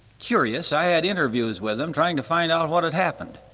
curious, i had interviews with them trying to find out what had happened.